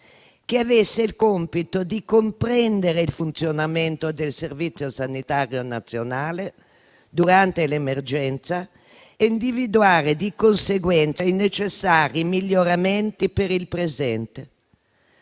che avesse il compito di comprendere il funzionamento del Servizio sanitario nazionale durante l'emergenza e individuare, di conseguenza, i necessari miglioramenti per il presente.